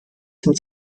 zum